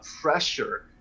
pressure